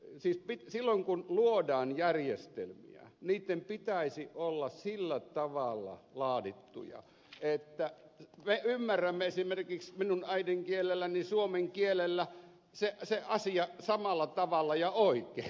siis silloin kun luodaan järjestelmiä niitten pitäisi olla sillä tavalla laadittuja että me ymmärrämme esimerkiksi minun äidinkielelläni suomen kielellä sen asian samalla tavalla ja oikein